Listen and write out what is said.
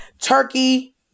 Turkey